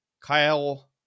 Kyle